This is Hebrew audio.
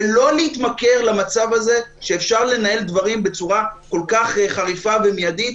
ולא להתמכר למצב הזה שאפשר לנהל דברים בצורה כל כך חריפה ומידית.